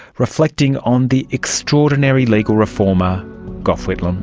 reflecting on the extraordinary legal reformer gough whitlam